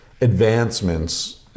advancements